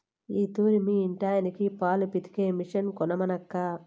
ఈ తూరి మీ ఇంటాయనకి పాలు పితికే మిషన్ కొనమనక్కా